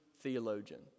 theologian